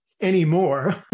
anymore